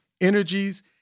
energies